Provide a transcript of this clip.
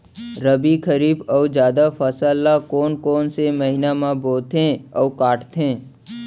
रबि, खरीफ अऊ जादा फसल ल कोन कोन से महीना म बोथे अऊ काटते?